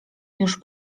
już